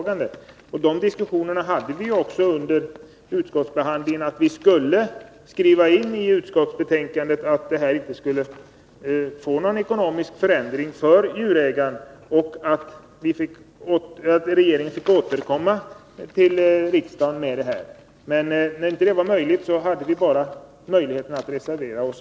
Under utskottsbehandlingen framfördes också förslaget att man skulle skriva in i utskottsbetänkandet att det inte skulle bli någon ekonomisk förändring för djurägare och att regeringen fick återkomma i frågan. När detta inte var genomförbart, hade vi bara möjligheten att reservera oss.